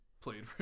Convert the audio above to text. played